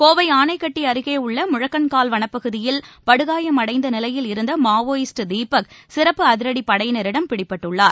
கோவை ஆணைக்கட்டி அருகேயுள்ள முழக்கன்கல் வனப்பகுதியில் படுகாயம் அடைந்த நிலையில் இருந்த மாவோயிஸ்ட் தீபக் சிறப்பு அதிரடிப் படையினரிடம் பிடிபட்டுள்ளார்